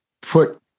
put